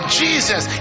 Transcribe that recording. jesus